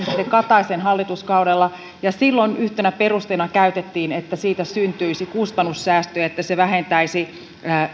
kataisen hallituskaudella ja silloin yhtenä perusteena käytettiin sitä että siitä syntyisi kustannussäästöjä että se vähentäisi